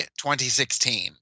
2016